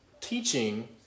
teaching